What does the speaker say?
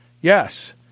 Yes